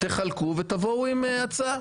שיחלקו ויבואו עם הצעה.